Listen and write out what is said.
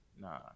nah